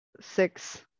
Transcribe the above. six